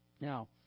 Now